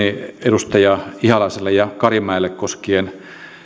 edustaja ihalaiselle ja edustaja karimäelle koskien